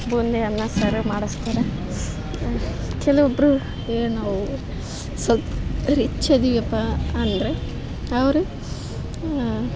ಬೂಂದಿ ಅನ್ನ ಸಾರು ಮಾಡಿಸ್ತಾರೆ ಕೆಲವೊಬ್ಬರು ಏ ನಾವು ಸ್ವಲ್ಪ ರಿಚ್ ಅದೀವಪ್ಪ ಅಂದರೆ ಅವರು